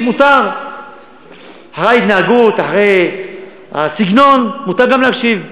למרות שאתה מתנהג בחוצפה אני לא אגיד לך "חצוף",